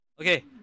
okay